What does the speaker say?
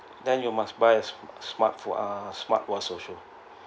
then you must buy a smartw~ uh smart watch also